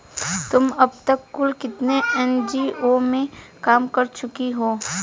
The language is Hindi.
तुम अब तक कुल कितने एन.जी.ओ में काम कर चुकी हो?